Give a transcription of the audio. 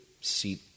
seat